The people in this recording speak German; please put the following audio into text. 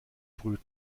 brüten